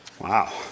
Wow